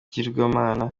ibigirwamana